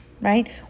right